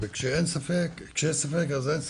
וכשיש ספק אז אין ספק.